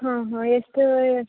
ಹಾಂ ಹಾಂ ಎಷ್ಟು